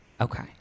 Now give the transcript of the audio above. Okay